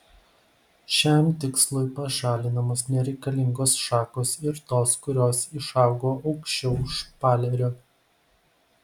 šiam tikslui pašalinamos nereikalingos šakos ir tos kurios išaugo aukščiau špalerio